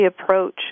approach